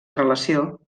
relació